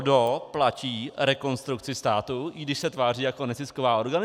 Kdo platí Rekonstrukci státu, i když se tváří jako nezisková organizace?